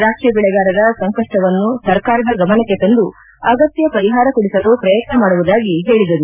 ದ್ರಾಕ್ಷಿ ಬೆಳೆಗಾರರ ಸಂಕಷ್ಟವನ್ನು ಸರ್ಕಾರದ ಗಮನಕ್ಕೆ ತಂದು ಅಗತ್ಯ ಪರಿಹಾರ ಕೊಡಿಸಲು ಪ್ರಯತ್ನ ಮಾಡುವುದಾಗಿ ಹೇಳಿದರು